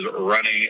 running